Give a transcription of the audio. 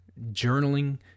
journaling